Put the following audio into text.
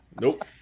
Nope